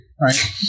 right